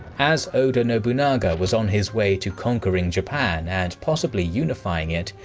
as oda nobunaga was on his way to conquering japan and possibly unifying it,